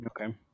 Okay